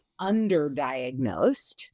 underdiagnosed